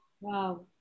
Wow